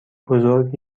بزرگ